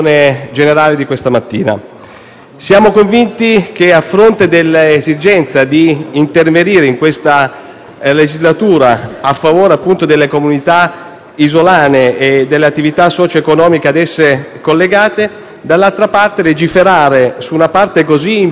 Siamo convinti che, a fronte dell'esigenza di intervenire in questa legislatura a favore delle comunità isolane e delle attività socio-economiche ad esse collegate, legiferare su una parte così importante del territorio del Paese